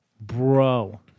Bro